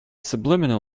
subliminal